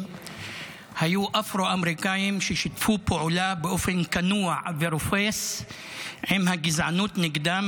היו אפרו-אמריקאים ששיתפו פעולה באופן כנוע ורופס עם הגזענות נגדם